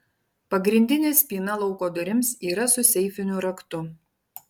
pagrindinė spyna lauko durims yra su seifiniu raktu